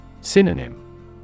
Synonym